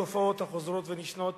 לנוכח התופעות החוזרות ונשנות